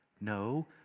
No